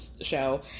show